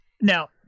Now